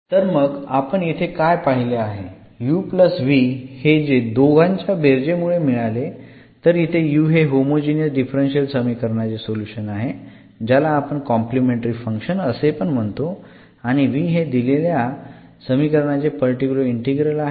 तर मग आपण इथे काय पहिले आहे जे दोघांच्या बेरजेमुळे मिळाले तर इथे u हे होमोजिनियस डिफरन्शियल समीकरणाचे सोल्युशन आहे ज्याला आपण कॉम्प्लिमेंटरी फंक्शन्स असे पण म्हणतो आणि v हे दिलेल्या समीकरणाचे पर्टिक्युलर इंटीग्रल आहे